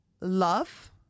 love